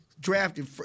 Drafted